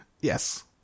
yes